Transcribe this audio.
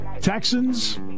Texans